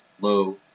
Low